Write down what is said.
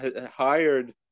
hired